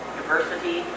diversity